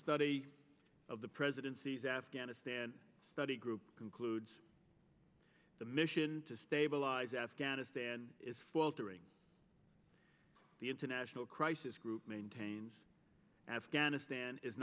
study of the presidency's afghanistan study group concludes the mission to stabilize afghanistan is faltering the international crisis group maintains afghanistan is